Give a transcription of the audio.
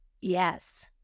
Yes